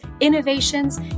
innovations